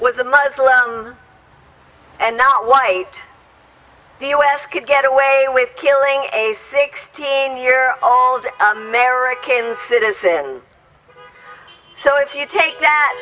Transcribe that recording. a muslim and not white the u s could get away with killing a sixteen year old american citizen so if you take that